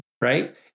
right